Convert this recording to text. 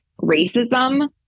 racism